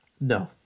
No